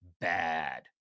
bad